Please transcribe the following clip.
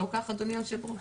לא כך אדוני היו"ר?